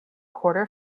quarter